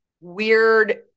weird